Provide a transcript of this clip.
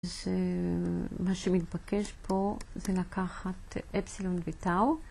אז מה שמתבקש פה זה לקחת Epsilon ו-Tau.